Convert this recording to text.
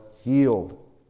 healed